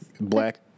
Black